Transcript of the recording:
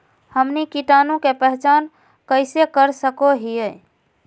हमनी कीटाणु के पहचान कइसे कर सको हीयइ?